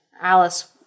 Alice